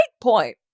point